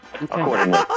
accordingly